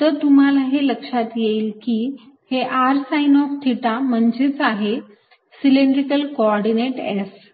तर तुम्हाला हे लक्षात येईल की हे r साईन ऑफ थिटा म्हणजेच आहे सिलेंड्रिकल को ऑर्डिनेट S